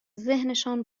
ذهنشان